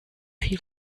viel